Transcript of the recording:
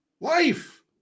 Life